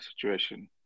situation